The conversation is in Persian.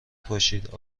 پاشد